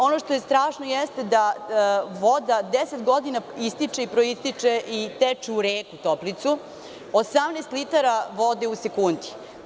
Ono što je strašno jeste da voda 10 godina ističe i proističe i teče u reku Toplicu 18 litara vode u sekundi.